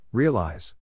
Realize